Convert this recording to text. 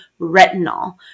retinol